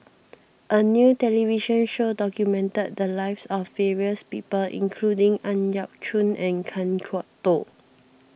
a new television show documented the lives of various people including Ang Yau Choon and Kan Kwok Toh